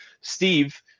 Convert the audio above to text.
steve